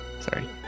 Sorry